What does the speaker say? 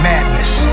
Madness